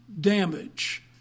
damage